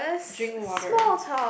drink water